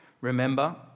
Remember